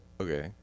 Okay